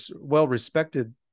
well-respected